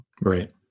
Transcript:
Right